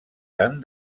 tan